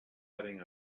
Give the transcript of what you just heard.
setting